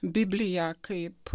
bibliją kaip